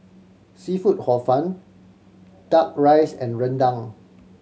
seafood Hor Fun Duck Rice and rendang